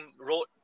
Road